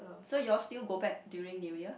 so you all still go back during New Year